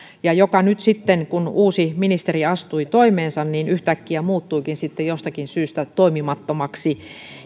ja joka nyt sitten kun uusi ministeri astui toimeensa yhtäkkiä muuttuikin sitten jostakin syystä toimimattomaksi